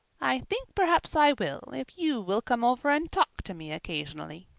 i think perhaps i will if you will come over and talk to me occasionally,